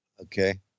Okay